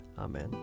Amen